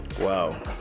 Wow